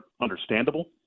understandable